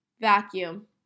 vacuum